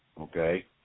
okay